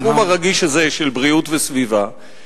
התחום הרגיש הזה של בריאות וסביבה,